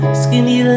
skinny